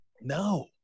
No